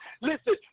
Listen